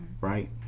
right